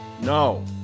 No